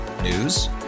News